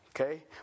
Okay